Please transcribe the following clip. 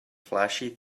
flashy